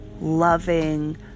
loving